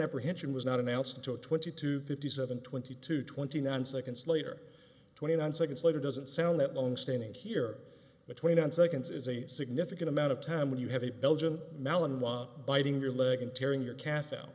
apprehension was not announced until twenty two fifty seven twenty two twenty nine seconds later twenty nine seconds later doesn't sound that long standing here between and seconds is a significant amount of time when you have a belgian melon while biting your leg and tearing your calf out